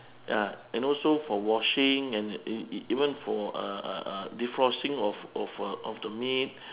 ya and also for washing and even for uh uh uh defrosting of of a of the meat